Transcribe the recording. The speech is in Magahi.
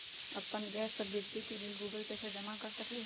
अपन गैस और बिजली के बिल गूगल पे से जमा कर सकलीहल?